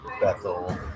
Bethel